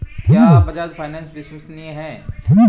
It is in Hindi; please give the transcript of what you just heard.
क्या बजाज फाइनेंस विश्वसनीय है?